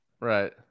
Right